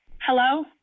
Hello